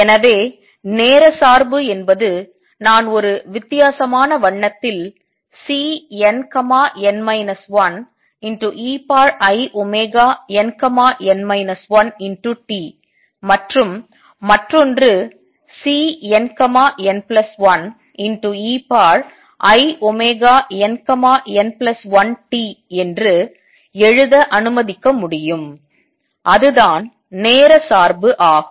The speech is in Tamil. எனவே நேர சார்பு என்பது நான் ஒரு வித்தியாசமான வண்ணத்தில் Cnn 1einn 1t மற்றும் மற்றொன்று Cnn1einn1t என்று எழுத அனுமதிக்க முடியும் அதுதான் நேர சார்பு ஆகும்